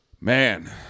man